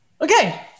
okay